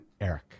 Eric